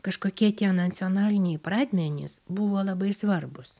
kažkokie tie nacionaliniai pradmenys buvo labai svarbūs